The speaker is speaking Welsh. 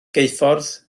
geuffordd